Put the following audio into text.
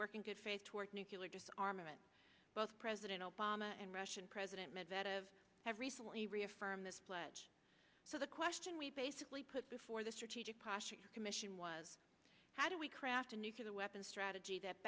work in good faith toward nucular disarmament both president obama and russian president medvedev have recently reaffirmed this pledge so the question we basically put before the strategic kasha commission was how do we craft a nuclear weapon strategy that